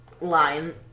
line